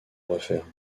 refaire